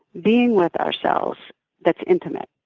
being with ourselves that's intimate,